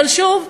אבל שוב,